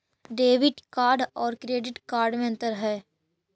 Debit card और credit card में अन्तर है?